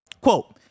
Quote